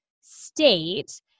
state